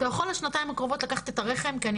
אתה יכול לשנתיים הקרובות לקחת את הרחם כי אני